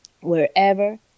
wherever